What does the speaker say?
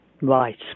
Right